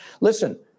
Listen